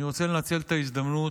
אני רוצה לנצל את ההזדמנות